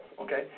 Okay